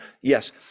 Yes